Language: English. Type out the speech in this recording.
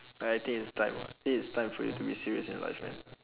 I think it's time ah I think it's time for you to be serious in life man